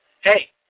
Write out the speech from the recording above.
Hey